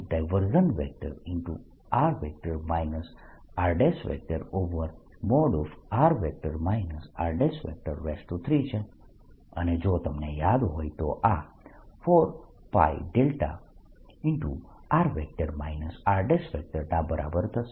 r rr r3 છે અને જો તમને યાદ હોય તો આ 4πδr r ના બરાબર થશે